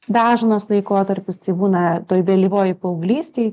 dažnas laikotarpis tai būna toj vėlyvojoj paauglystėj